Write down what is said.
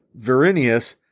Verinius